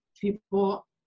people